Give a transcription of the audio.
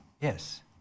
Yes